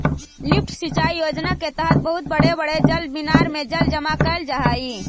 lift सिंचाई योजना के तहत बहुत बड़े बड़े जलमीनार में जल जमा कैल जा हई